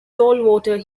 saltwater